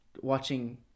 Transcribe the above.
watching